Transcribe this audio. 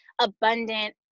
abundant